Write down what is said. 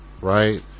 right